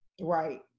Right